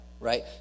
Right